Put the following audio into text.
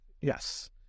Yes